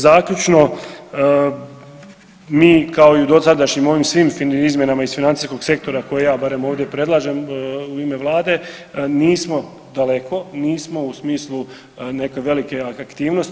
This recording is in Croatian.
Zaključno mi kao i u dosadašnjim ovim svim izmjenama iz financijskog sektora koji ja barem ovdje predlažem u ime Vlade nismo daleko, nismo u smislu neke velike afektivnosti.